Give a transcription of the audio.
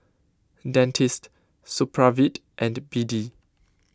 Dentiste Supravit and B D